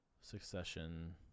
Succession